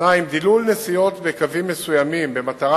2. דילול נסיעות בקווים מסוימים במטרה